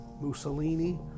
Mussolini